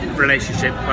Relationship